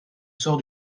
sort